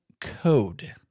code